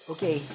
Okay